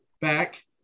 back